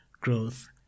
growth